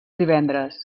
divendres